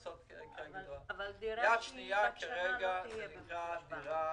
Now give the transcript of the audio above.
יד שנייה כרגע זה דירה